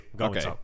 Okay